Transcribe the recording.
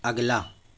अगला